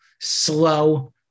slow